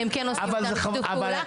כי הם כן עושים איתנו שיתוף פעולה.